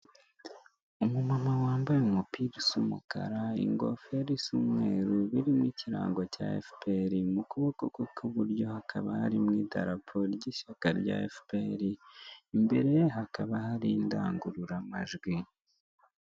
Umuntu wambaye umupira usa umukara ingofero isa umweru birimo ikirango cya efuperi mu kuboko kwe kw'iburyo hakaba harimo idarapo ry'ishyaka rya Efuperi imbere hakaba hari indangururamajwi.